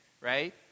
right